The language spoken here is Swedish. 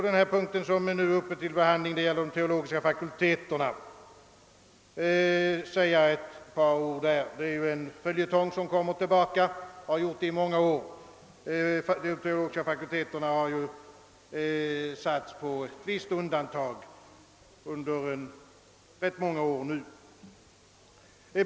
Den punkt som vi nu behandlar, de teologiska fakulteterna, är en följetong som ständigt kommer tillbaka och har gjort det i många år; de teologiska fakulteterna har länge satts på undantag.